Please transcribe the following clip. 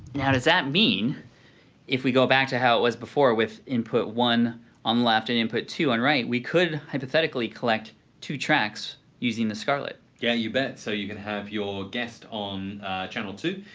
and does that mean if we go back to how it was before with input one on left and input two on right we could hypothetically collect two tracks using the scarlett? yeah, you bet. so you could have your guest on channel two.